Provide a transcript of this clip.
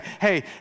hey